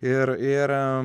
ir ir